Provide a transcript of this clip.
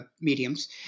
mediums